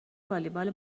والیبال